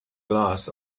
glass